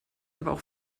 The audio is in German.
aber